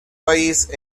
país